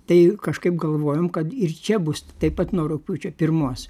tai kažkaip galvojom kad ir čia bus taip pat nuo rugpjūčio pirmos